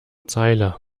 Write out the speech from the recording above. zeile